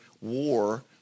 war